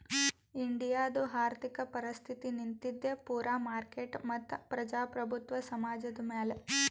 ಇಂಡಿಯಾದು ಆರ್ಥಿಕ ಪರಿಸ್ಥಿತಿ ನಿಂತಿದ್ದೆ ಪೂರಾ ಮಾರ್ಕೆಟ್ ಮತ್ತ ಪ್ರಜಾಪ್ರಭುತ್ವ ಸಮಾಜದ್ ಮ್ಯಾಲ